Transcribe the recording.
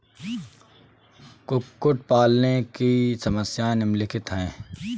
कुक्कुट पालन की समस्याएँ निम्नलिखित हैं